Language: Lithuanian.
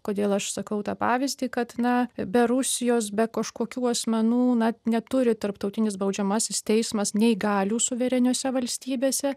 kodėl aš sakau tą pavyzdį kad na be rusijos be kažkokių asmenų na neturi tarptautinis baudžiamasis teismas nei galių suvereniose valstybėse